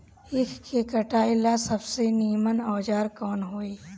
ईख के कटाई ला सबसे नीमन औजार कवन होई?